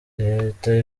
leta